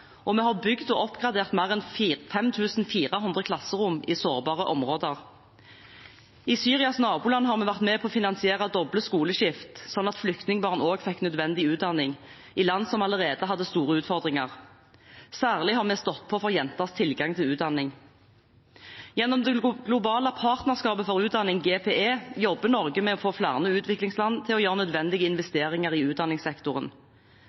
og vi har bygget og oppgradert mer enn 5 400 klasserom i sårbare områder. I Syrias naboland har vi vært med på å finansiere doble skoleskift, sånn at flyktningbarn også fikk nødvendig utdanning, i land som allerede hadde store utfordringer. Særlig har vi stått på for jenters tilgang til utdanning. Gjennom Det globale partnerskapet for utdanning, GPE, jobber Norge med å få flere utviklingsland til å gjøre nødvendige investeringer i utdanningssektoren.